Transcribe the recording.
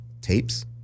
tapes